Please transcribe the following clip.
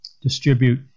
distribute